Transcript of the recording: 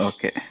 Okay